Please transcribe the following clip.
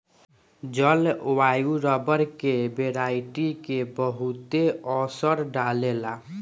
जलवायु रबर के वेराइटी के बहुते असर डाले ला